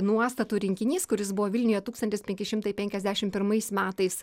nuostatų rinkinys kuris buvo vilniuje tūkstantis penki šimtai penkiasdešimt pirmais metais